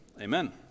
Amen